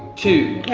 two,